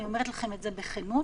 אני אומרת לכם את זה בכנות,